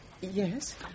Yes